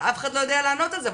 אף אחד לא יודע לענות על זה.